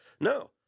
No